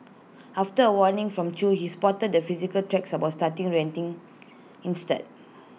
after A warning from chew he stopped the physical tracks about started ranting instead